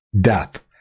death